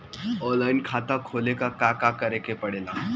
Online खाता खोले ला का का करे के पड़े ला?